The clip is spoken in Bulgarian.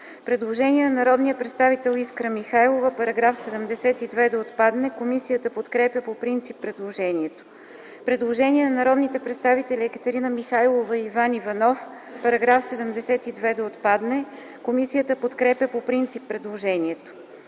предложение на народния представител Искра Михайлова –§ 72 да отпадне. Комисията подкрепя по принцип предложението. Има предложение на народните представители Екатерина Михайлова и Иван Иванов –§ 72 да отпадне. Комисията подкрепя по принцип предложението.